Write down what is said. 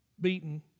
beaten